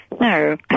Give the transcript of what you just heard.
No